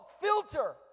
filter